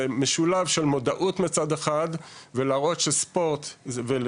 זה שילוב של מודעות מצד אחד ולהראות ולדבר,